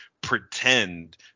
pretend